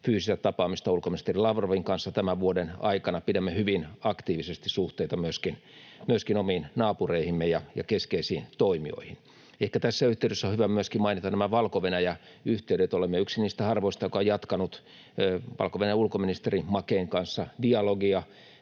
fyysistä tapaamista ulkoministeri Lavrovin kanssa tämän vuoden aikana. Pidämme hyvin aktiivisesti yllä suhteita myöskin omiin naapureihimme ja keskeisiin toimijoihin. Ehkä tässä yhteydessä on hyvä mainita myöskin nämä Valko-Venäjä-yhteydet. Olemme yksi niistä harvoista, jotka ovat jatkaneet Valko-Venäjän ulkoministeri Makein kanssa dialogia.